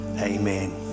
Amen